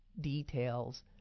details